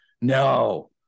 No